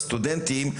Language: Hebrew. לסטודנטים,